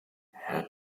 herr